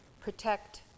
protect